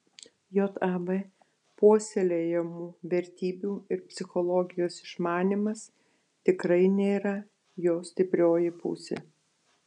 jav puoselėjamų vertybių ir psichologijos išmanymas tikrai nėra jo stiprioji pusė